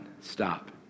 stop